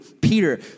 Peter